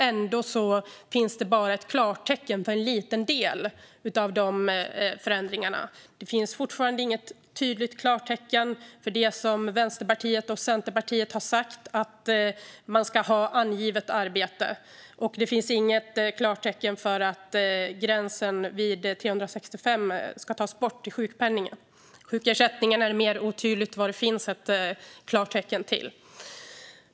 Ändå finns det bara klartecken för en liten del av förändringarna. Det finns fortfarande inget tydligt klartecken för det som Vänsterpartiet och Centerpartiet har sagt, att man ska ha angivet arbete. Och det finns inget klartecken för att gränsen 365 dagar i sjukpenningen ska tas bort. När det gäller sjukersättningen är det mer otydligt vad det finns klartecken för.